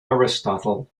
aristotle